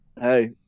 Hey